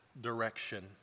direction